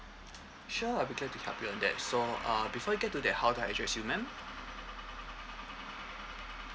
sure I'll be glad to help you on that so uh before get to there how do I address you ma'am